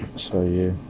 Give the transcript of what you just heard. so yeah.